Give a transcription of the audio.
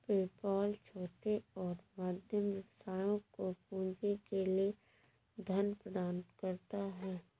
PayPal छोटे और मध्यम व्यवसायों को पूंजी के लिए धन प्रदान करता है